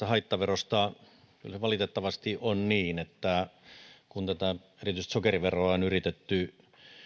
haittaverosta valitettavasti on niin että kun erityisesti sokeriveroa on yritetty